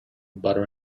butter